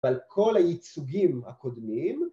‫אבל כל הייצוגים הקודמים...